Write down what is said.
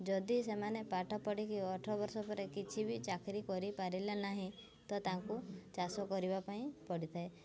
ଯଦି ସେମାନେ ପାଠ ପଢ଼ିକି ଅଠର ବର୍ଷ ପରେ କିଛି ବି ଚାକିରି କରିପାରିଲା ନାହିଁ ତ ତାଙ୍କୁ ଚାଷ କରିବା ପାଇଁ ପଡ଼ିଥାଏ